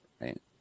right